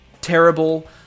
terrible